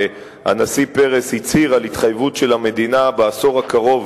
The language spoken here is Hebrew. והנשיא פרס הצהיר על התחייבות המדינה להביא בעשור הקרוב